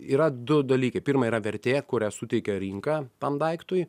yra du dalykai pirma yra vertė kurią suteikia rinka tam daiktui